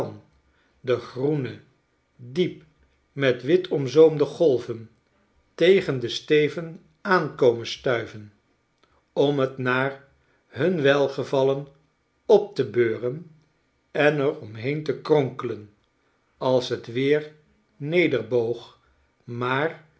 de groene diep met wit omzoomde golven tegen densteven aankomen stuiven om j t naar hun welgevallen op te beuren en er omheen te kronkelen als t weer nederboog maar